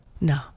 No